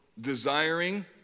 desiring